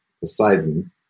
Poseidon